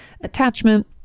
attachment